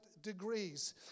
degrees